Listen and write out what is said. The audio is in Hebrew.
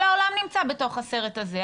כל העולם נמצא בתוך הסרט הזה,